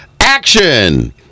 action